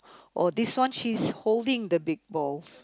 or this one she is holding the big balls